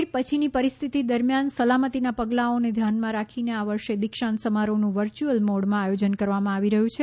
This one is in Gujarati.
કોવીડ પછીની પરિસ્થિતિ દરમ્યાન સલામતિનાં પગલાંઓને ધ્યાનમાં રાખીને આ વર્ષે દિક્ષાંત સમારોહનું વર્ચુઅલ મોડમાં આયોજન કરવામાં આવી રહ્યું છે